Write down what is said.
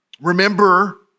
Remember